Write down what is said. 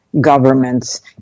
governments